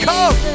Come